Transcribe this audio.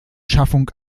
schaffung